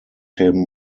him